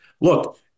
Look